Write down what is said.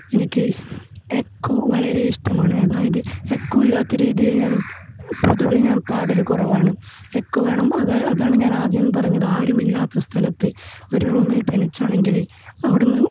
എനിക്ക് എക്കോ വളരെ ഇഷ്ടമാണ് അതായത് എക്കോ ഇല്ലാത്ത രീതിയിൽ ഞാന് പൊതുവേ ഞാന് പാടൽ കുറവാണ് എക്കോ വേണം അതാണ് അതാണ് ഞാനാദ്യം പറഞ്ഞത് ആരുമില്ലാത്ത സ്ഥലത്ത് ഒരു റൂമില് തനിച്ചാണെങ്കിൽ അവിടുന്ന്